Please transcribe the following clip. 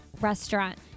restaurant